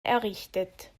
errichtet